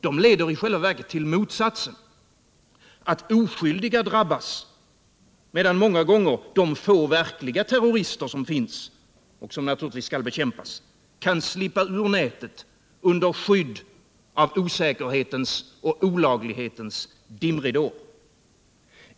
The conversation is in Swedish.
De leder i själva verket till motsatsen — att oskyldiga drabbas — medan många gånger de få verkliga terrorister som finns och som naturligtvis skall bekämpas kan slippa ur nätet under skydd av osäkerhetens och olaglighetens dimridå.